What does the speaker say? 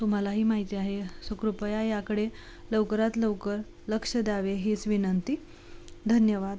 तुम्हालाही माहिती आहे सो कृपया याकडे लवकरात लवकर लक्ष द्यावे हेच विनंती धन्यवाद